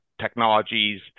technologies